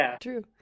True